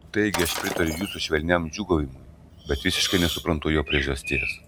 taigi aš pritariu jūsų švelniam džiūgavimui bet visiškai nesuprantu jo priežasties